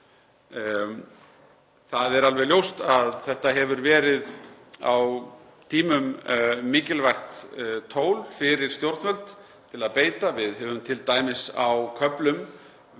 Það er alveg ljóst að þetta hefur á tímum verið mikilvægt tól fyrir stjórnvöld til að beita. Við höfum t.d. á köflum,